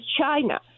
China